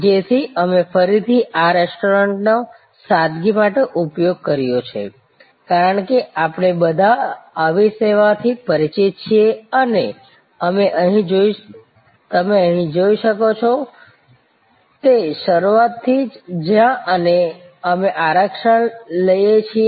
તેથી અમે ફરીથી આ રેસ્ટોરન્ટનો સાદગી માટે ઉપયોગ કર્યો છે કારણ કે આપણે બધા આવી સેવાથી પરિચિત છીએ અને તમે અહીં જોઈ શકો છો તે શરૂઆતથી જ જ્યાં અમે આરક્ષણ લઈએ છીએ